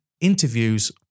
interviews